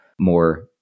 more